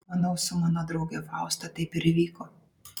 manau su mano drauge fausta taip ir įvyko